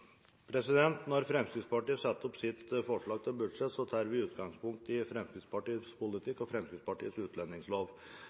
taletiden. Når vi i Fremskrittspartiet setter opp vårt forslag til budsjett, tar vi utgangspunkt i Fremskrittspartiets